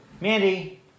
Mandy